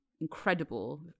incredible